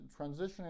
transitioning